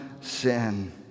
sin